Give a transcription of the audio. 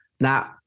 Now